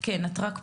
כמו שאמרת,